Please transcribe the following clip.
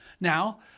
Now